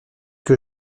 que